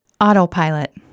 Autopilot